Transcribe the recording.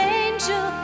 angel